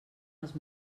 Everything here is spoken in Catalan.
els